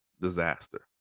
disaster